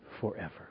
forever